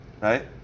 right